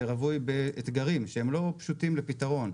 ורווי באתגרים שהם לא פשוטים לפתרון.